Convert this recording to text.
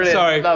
sorry